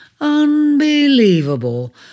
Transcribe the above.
Unbelievable